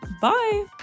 Bye